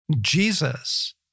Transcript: Jesus